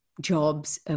jobs